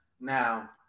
Now